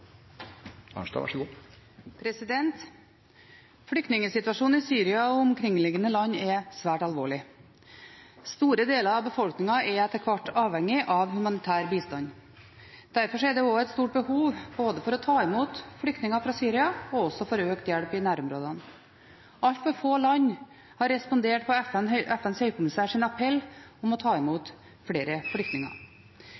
etter hvert avhengig av humanitær bistand. Derfor er det også et stort behov både for å ta imot flyktninger fra Syria og også for økt hjelp i nærområdene. Altfor få land har respondert på FNs høykommissærs appell om å ta imot flere flyktninger.